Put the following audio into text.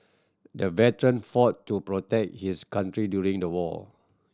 the veteran fought to protect his country during the war